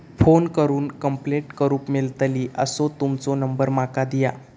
Phone करून complaint करूक मेलतली असो तुमचो नंबर माका दिया?